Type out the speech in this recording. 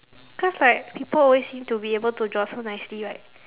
cause like people always seem to be able to draw so nicely right